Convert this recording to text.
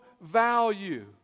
value